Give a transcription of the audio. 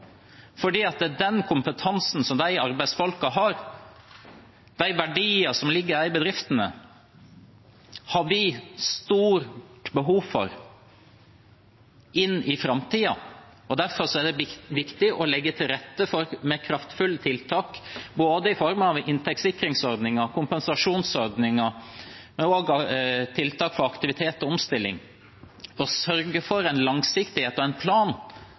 den kompetansen de arbeidsfolka har, verdiene som ligger i de bedriftene, har vi stort behov for inn i framtiden. Derfor er det viktig å legge til rette med kraftfulle tiltak i form av både inntektssikringsordninger og kompensasjonsordninger, tiltak for aktivitet og omstilling og sørge for langsiktighet og en plan